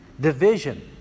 division